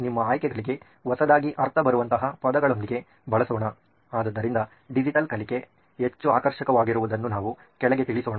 ನಿಮ್ಮ ಆಯ್ಕೆಗಳಿಗೆ ಹೊಸದಾಗಿ ಅರ್ಥ ಬರುವಂತಹ ಪದಗಳೊಂದಿಗೆ ಬಳಸೋಣ ಆದ್ದರಿಂದ ಡಿಜಿಟಲ್ ಕಲಿಕೆ ಹೆಚ್ಚು ಆಕರ್ಷಕವಾಗಿರುವುದನ್ನು ನಾವು ಕೆಳಗೆ ತಿಳಿಸೊಣ